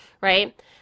right